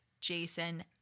jason